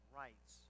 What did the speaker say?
rights